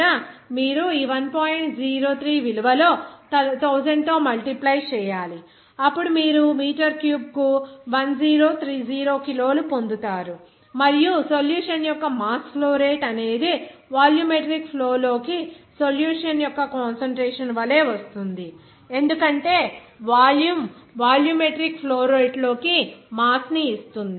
03 విలువలో 1000 తో మల్టిప్లై చేయాలి అప్పుడు మీరు మీటర్ క్యూబ్కు ఒక 1030 కిలోలు పొందుతారు మరియు సొల్యూషన్ యొక్క మాస్ ఫ్లో రేటు అనేది వాల్యూమెట్రిక్ ఫ్లో లోకి సొల్యూషన్ యొక్క కాన్సంట్రేషన్ వలె వస్తుంది ఎందుకంటే వాల్యూమ్ వాల్యూమెట్రిక్ ఫ్లో రేటు లోకి మాస్ ని ఇస్తుంది